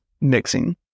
mixing